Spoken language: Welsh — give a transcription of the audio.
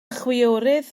chwiorydd